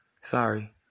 sorry